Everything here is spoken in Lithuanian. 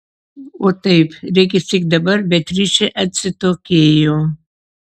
o taip regis tik dabar beatričė atsitokėjo